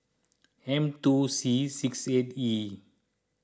M two C six eight E